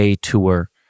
tour